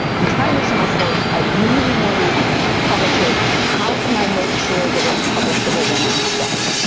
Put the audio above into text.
i'm trying this in my course, i really want to publish it, how can i make sure that it's publishable when i'm done?